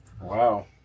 Wow